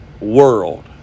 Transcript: world